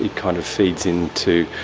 kind of feeds into